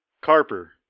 Carper